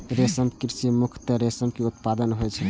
रेशम कीट सं मुख्यतः रेशम के उत्पादन होइ छै